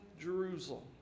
Jerusalem